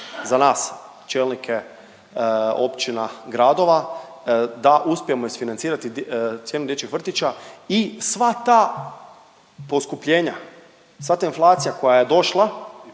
za nas čelnike općina, gradova da uspijemo isfinancirati cijenu dječjih vrtića i sva ta poskupljenja, sva ta inflacija koja je došla